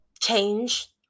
change